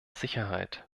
sicherheit